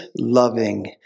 loving